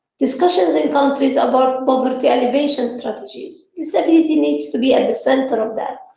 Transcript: discussions in countries about poverty and innovation strategies. disability needs to be at the center of that.